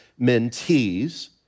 mentees